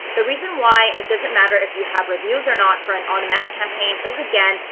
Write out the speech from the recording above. the reason why it doesn't matter if you have reviews or not for an automatic campaign is again,